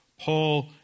Paul